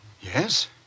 Yes